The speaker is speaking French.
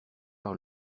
par